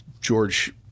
George